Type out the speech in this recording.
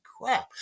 crap